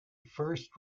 first